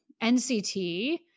NCT